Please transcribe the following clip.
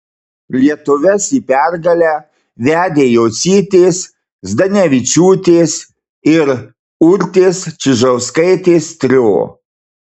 lietuves į pergalę vedė jocytės zdanevičiūtės ir urtės čižauskaitės trio